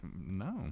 No